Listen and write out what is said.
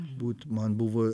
būt man buvo